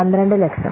1200000